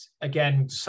again